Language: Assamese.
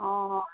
অঁ অঁ